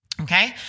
Okay